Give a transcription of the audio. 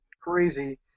crazy